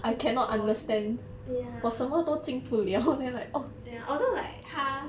ya ya although like 他